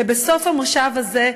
ובסוף המושב הזה,